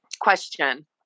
question